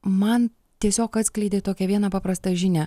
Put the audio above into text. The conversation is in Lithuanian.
man tiesiog atskleidė tokią vieną paprastą žinią